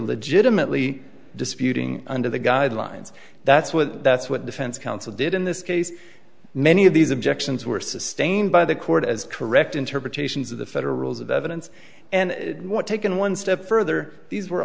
legitimately disputing under the guidelines that's what that's what defense counsel did in this case many of these objections were sustained by the court as correct interpretations of the federal rules of evidence and what taken one step further these were